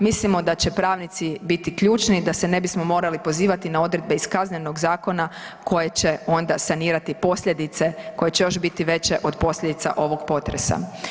Mislimo da će pravnici biti ključni i da se ne bismo morali pozivati na odredbe iz Kaznenog zakona koje će onda sanirati posljedice koje će još biti veće od posljedica ovog potresa.